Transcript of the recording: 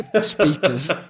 speakers